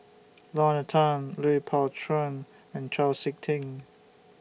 Lorna Tan Lui Pao Chuen and Chau Sik Ting